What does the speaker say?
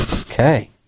Okay